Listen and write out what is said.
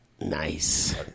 Nice